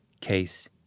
case